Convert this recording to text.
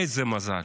איזה מזל.